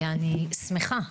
אני שמחה,